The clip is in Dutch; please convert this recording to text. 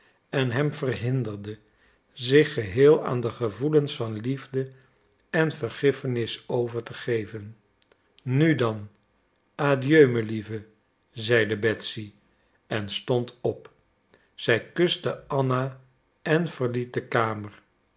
en hem verhinderde zich geheel aan de gevoelens van liefde en vergiffenis over te geven nu dan adieu melieve zeide betsy en stond op zij kuste anna en verliet de kamer